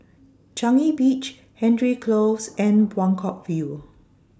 Changi Beach Hendry Close and Buangkok View